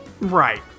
Right